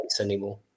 anymore